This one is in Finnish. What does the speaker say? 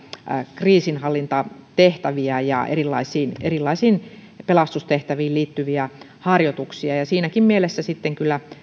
kriisinhallintatehtäviä ja erilaisiin erilaisiin pelastustehtäviin liittyviä harjoituksia siinäkin mielessä sitten kyllä